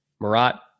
Marat